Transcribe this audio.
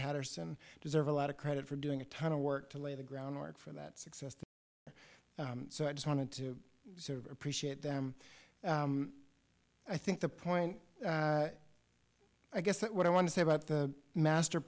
patterson deserve a lot of credit for doing a ton of work to lay the groundwork for that success so i just wanted to sort of appreciate them i think the point i guess what i want to say about the master